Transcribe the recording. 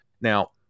Now